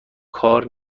کار